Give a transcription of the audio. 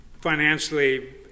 financially